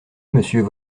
monsieur